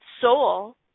soul